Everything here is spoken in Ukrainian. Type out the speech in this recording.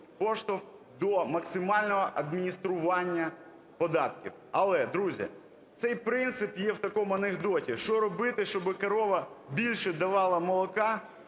до максимального адміністрування податків. Але, друзі, цей принцип є в такому анекдоті. Що робити, щоб корова давала більше